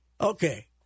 okay